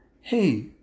hey